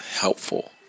helpful